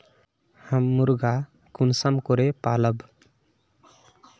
हम मुर्गा कुंसम करे पालव?